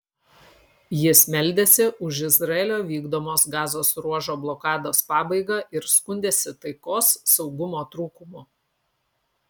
jis meldėsi už izraelio vykdomos gazos ruožo blokados pabaigą ir skundėsi taikos saugumo trūkumu